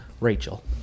Rachel